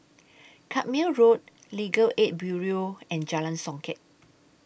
Carpmael Road Legal Aid Bureau and Jalan Songket